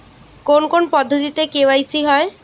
কোন কোন পদ্ধতিতে কে.ওয়াই.সি হয়?